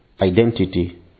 identity